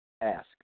ask